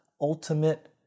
ultimate